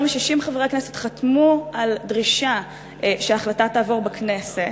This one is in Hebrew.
יותר מ-60 חברי כנסת חתמו על דרישה שההחלטה תעבור בכנסת,